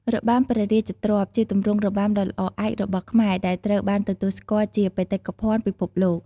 របាំព្រះរាជទ្រព្យ ជាទម្រង់របាំដ៏ល្អឯករបស់ខ្មែរ ដែលត្រូវបានទទួលស្គាល់ជាបេតិកភណ្ឌពិភពលោក។